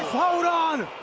hold on.